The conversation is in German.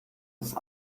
ist